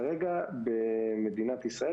כרגע במדינת ישראל,